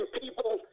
people